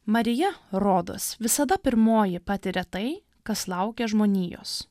marija rodos visada pirmoji patiria tai kas laukia žmonijos